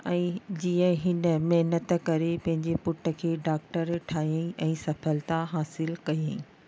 ऐं जीअं हिन महिनत करे पंहिंजे पुट खे डॉक्टर ठाहियईं ऐं सफलता हासिलु कयईं